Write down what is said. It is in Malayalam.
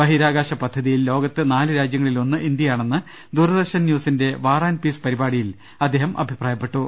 ബഹിരാകാശ പദ്ധതി യിൽ ലോകത്തെ നാല് രാജ്യങ്ങളിൽ ഒന്ന് ഇന്ത്യയാണെന്ന് ദൂരദർശൻ ന്യൂസിന്റെ വാർ ആൻഡ് പീസ് പരിപാടിയിൽ അദ്ദേഹം അഭിപ്രായപ്പെ ട്ടു